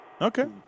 Okay